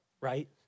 right